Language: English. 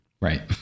right